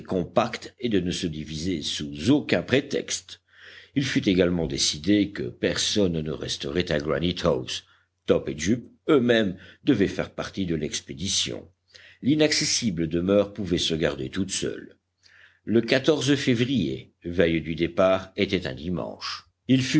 compacte et de ne se diviser sous aucun prétexte il fut également décidé que personne ne resterait à granite house top et jup eux-mêmes devaient faire partie de l'expédition l'inaccessible demeure pouvait se garder toute seule le février veille du départ était un dimanche